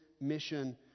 mission